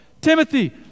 Timothy